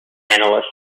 analysts